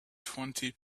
twenty